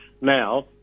now